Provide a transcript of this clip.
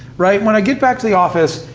right? when i get back to the office,